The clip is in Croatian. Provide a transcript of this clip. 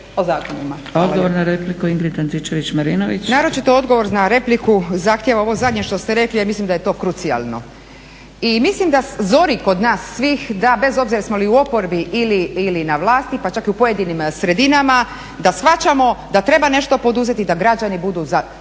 Odgovor na repliku Ingrid Antičević-Marinović.